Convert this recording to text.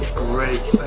great,